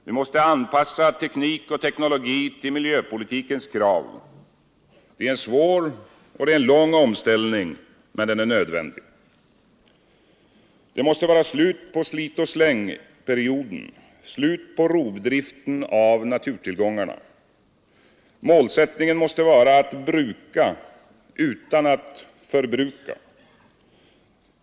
Vi måste anpassa teknik och teknologi till miljöpolitikens krav. Det är en svår och lång omställning, men den är nödvändig. Det måste vara slut på slit-och-släng-perioden, slut på rovdriften på naturtillgångarna. Målsättningen måste vara att bruka — utan att förbruka.